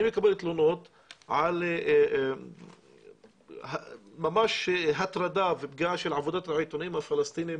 אני מקבל תלונות על ממש הטרדה ופגיעה של עבודת העיתונאים הפלסטינים,